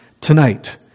tonight